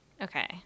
Okay